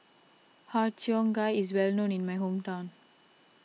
Har Cheong Gai is well known in my hometown